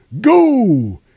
go